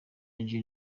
gen